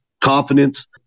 confidence